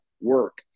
work